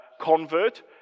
convert